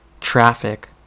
traffic